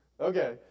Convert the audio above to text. Okay